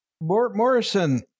Morrison